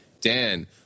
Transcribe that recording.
Dan